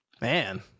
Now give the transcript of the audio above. Man